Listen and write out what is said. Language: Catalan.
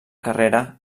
carrera